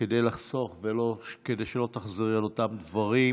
כדי לחסוך וכדי שלא תחזרי על אותם דברים,